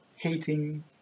hating